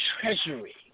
treasury